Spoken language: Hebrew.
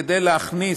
כדי להכניס,